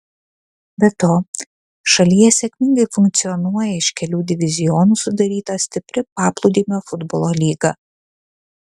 be to šalyje sėkmingai funkcionuoja iš kelių divizionų sudaryta stipri paplūdimio futbolo lyga